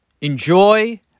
Enjoy